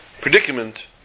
predicament